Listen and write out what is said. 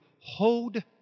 hold